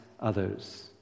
others